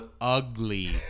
ugly